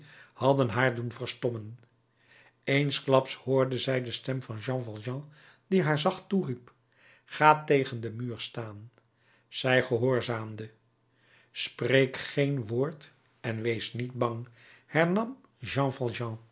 hadden haar doen verstommen eensklaps hoorde zij de stem van jean valjean die haar zacht toeriep ga tegen den muur staan zij gehoorzaamde spreek geen woord en wees niet bang hernam